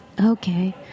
Okay